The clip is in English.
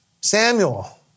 Samuel